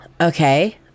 Okay